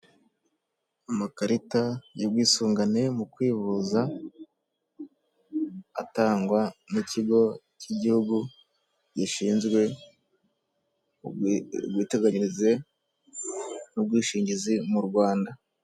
Amakarita y'ubwisungane mu kwivuza atangwa n'ikigo cy'igihugu gishinzwe ubwiteganyirize n'u ubwishingizi mu Rwanda .